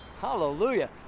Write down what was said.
Hallelujah